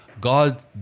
God